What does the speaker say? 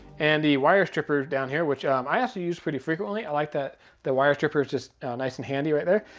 and the wire strippers down here, which um i actually use pretty frequently. i like that the wire strippers just nice and handy right there.